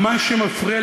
לכן,